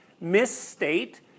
misstate